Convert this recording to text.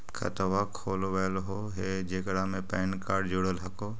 खातवा खोलवैलहो हे जेकरा मे पैन कार्ड जोड़ल हको?